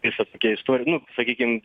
visas tokia istorija nu sakykim